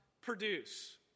produce